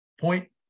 point